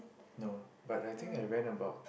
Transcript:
no but I think I ran about